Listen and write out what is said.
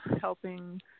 helping